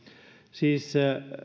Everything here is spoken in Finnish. siis